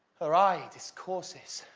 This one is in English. her eye discourses